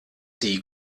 die